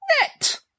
Net